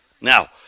Now